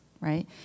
right